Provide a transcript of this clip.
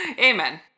amen